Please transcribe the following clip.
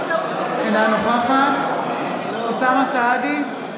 אינה נוכחת אוסאמה סעדי,